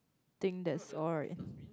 think that's all right